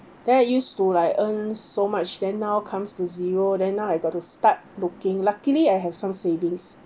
then I used to like earn so much then now comes to zero then now I got to start looking luckily I have some savings